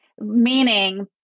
Meaning